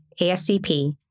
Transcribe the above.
ASCP